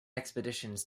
expeditions